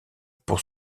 pour